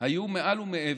היו מעל ומעבר.